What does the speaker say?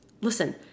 Listen